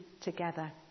together